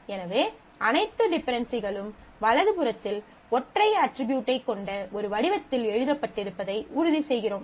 எனவே அனைத்து டிபென்டென்சிகளும் வலது புறத்தில் ஒற்றை அட்ரிபியூட்டைக் கொண்ட ஒரு வடிவத்தில் எழுதப்பட்டிருப்பதை உறுதி செய்கிறோம்